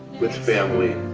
with family,